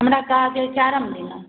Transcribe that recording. हमरा काज अछि चारिम दिना